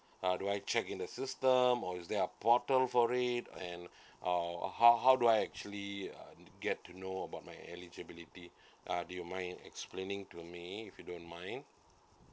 uh do I check in the system or is there a portal for it and or how how do I actually uh get to know about my eligibility uh do you mind explaining to me if you don't mind